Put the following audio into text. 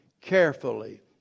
carefully